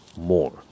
more